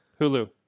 Hulu